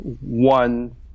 one